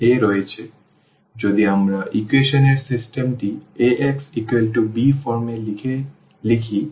সুতরাং যদি আমরা ইকুয়েশন এর সিস্টেম টি Ax b ফর্মে লিখে লিখি